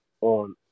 on